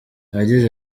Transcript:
yagize